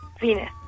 Venus